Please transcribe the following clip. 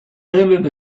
hinted